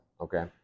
Okay